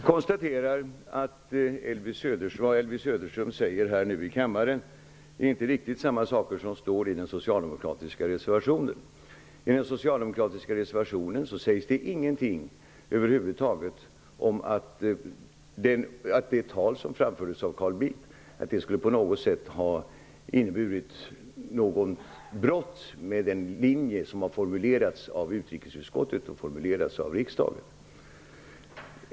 Herr talman! Jag konsterar att det som Elvy Söderström nu säger här i kammaren inte är riktigt samma saker som står i den socialdemokratiska reservationen. I den sägs över huvud taget ingenting om att det tal som framfördes av Carl Bildt på något sätt skulle ha inneburit något brott mot den linje som har formulerats av utrikesutskottet och av riksdagen.